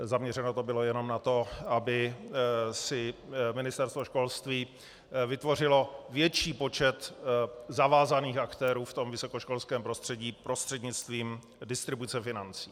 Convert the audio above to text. Zaměřeno to bylo jen na to, aby si Ministerstvo školství vytvořilo větší počet zavázaných aktérů ve vysokoškolském prostředí prostřednictvím distribuce financí.